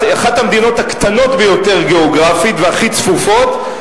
אחת המדינות הקטנות ביותר גיאוגרפית והכי צפופה,